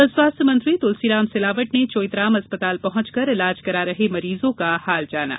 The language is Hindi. कल स्वास्थ्य मंत्री तुलसीराम सिलावट ने चोइथराम अस्पताल पहुंचकर इलाज करा रहे मरीजों का हाल जाना